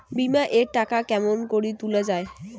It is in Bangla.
বিমা এর টাকা কেমন করি তুলা য়ায়?